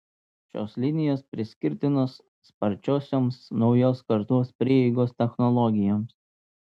šios linijos priskirtinos sparčiosioms naujos kartos prieigos technologijoms